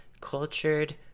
cultured